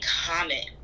comment